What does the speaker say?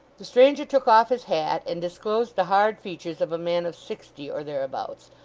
the stranger took off his hat, and disclosed the hard features of a man of sixty or thereabouts,